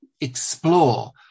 explore